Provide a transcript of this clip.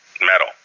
Metal